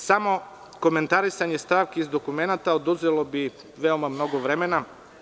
Samo komentarisanje stavki iz dokumenata oduzelo bi veoma mnogo vremena.